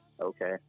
okay